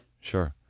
Sure